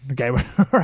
okay